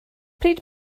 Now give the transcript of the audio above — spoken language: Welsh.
pryd